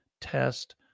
test